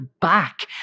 back